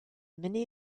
many